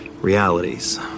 realities